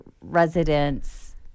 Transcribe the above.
residents